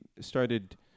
started